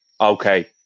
Okay